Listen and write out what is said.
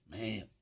man